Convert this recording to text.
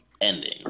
ending